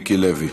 מיקי לוי,